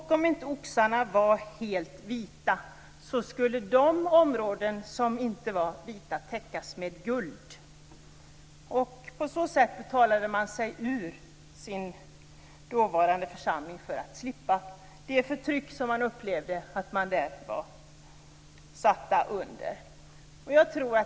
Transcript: Om inte oxarna var helt vita skulle de områden som inte var vita täckas med guld. På så sätt köpte man sig fri från sin församling för att slippa de förtryck som man upplevde att man där var utsatt för.